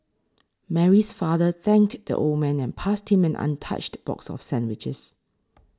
Mary's father thanked the old man and passed him an untouched box of sandwiches